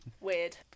weird